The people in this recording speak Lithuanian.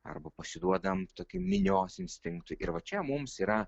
arba pasiduodam tokiam minios instinktui ir va čia mums yra